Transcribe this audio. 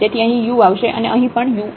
તેથી અહીં u આવશે અને અહીં પણ u આવશે